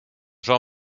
jean